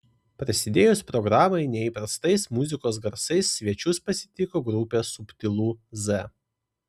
prasidėjus programai neįprastais muzikos garsais svečius pasitiko grupė subtilu z